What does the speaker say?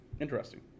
Interesting